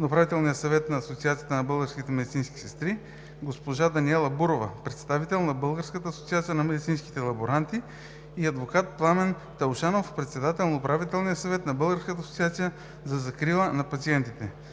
Управителния съвет на Асоциацията на българските медицински сестри; госпожа Даниела Бурова – представител на Българската асоциация на медицинските лаборанти, и адвокат Пламен Таушанов – председател на Управителния съвет на Българската асоциация за закрила на пациентите.